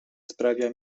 sprawia